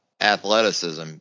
athleticism